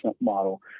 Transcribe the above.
model